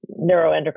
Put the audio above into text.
neuroendocrine